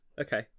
Okay